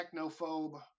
technophobe